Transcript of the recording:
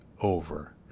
over